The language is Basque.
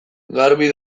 garbi